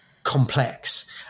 Complex